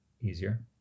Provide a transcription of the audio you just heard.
easier